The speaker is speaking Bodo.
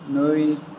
नै